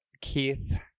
Keith